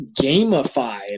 gamified